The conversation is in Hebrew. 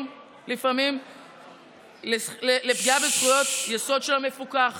לפעמים לפגיעה בזכויות יסוד של המפוקח